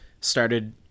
started